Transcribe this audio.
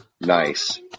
nice